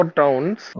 towns